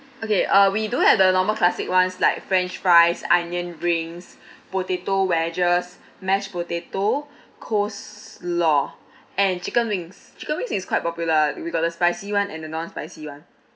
okay uh we do have the normal classic ones like french fries onion rings potato wedges mashed potato coleslaw and chicken wings chicken wings is quite popular we we got the spicy [one] and the non-spicy [one]